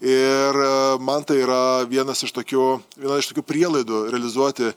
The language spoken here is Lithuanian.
ir man tai yra vienas iš tokių viena iš tokių prielaidų realizuoti